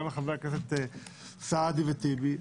גם לחברי הכנסת סעדי וטיבי,